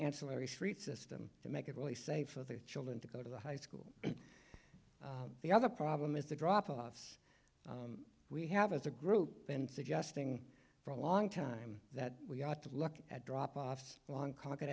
ancillary street system to make it really safe for their children to go to the high school the other problem is the drop offs we have as a group and suggesting for a long time that we ought to look at drop offs long